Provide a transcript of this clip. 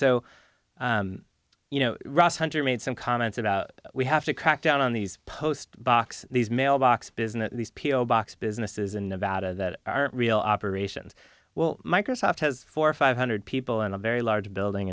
so you know ross hunter made some comments about we have to crack down on these post box these mailbox business these people box businesses in nevada that are real operations well microsoft has four or five hundred people and a very large building